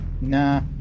Nah